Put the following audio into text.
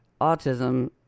Autism